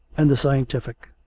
and the scientific.